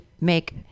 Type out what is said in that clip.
make